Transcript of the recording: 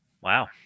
Wow